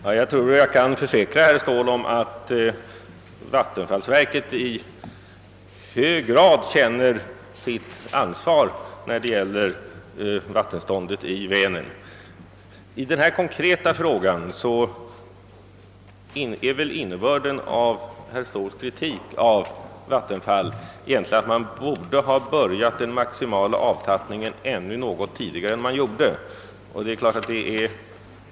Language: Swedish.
Herr talman! Jag tror jag kan försäkra herr Ståhl om att vattenfallsverket i hög grad känner sitt ansvar för vattenståndet i Vänern. I denna konkreta fråga är väl innebörden av herr Ståhls kritik av vattenfallsverket, att man borde ha börjat den maximala avtappningen ännu något tidigare än man gjort i år.